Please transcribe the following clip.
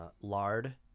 lard